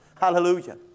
Hallelujah